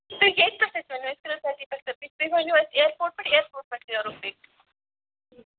تُہۍ ییٚتہِ پیٚٹھٕ اسہِ ؤنِو أسۍ کَرو تَتی پیٚٹھ تُہۍ ؤنِو اسہِ ایرپوٚٹ پیٚٹھ ایرپوٚٹ پیٚٹھ نیٚرو أسۍ